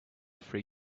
free